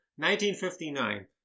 1959